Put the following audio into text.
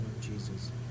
Jesus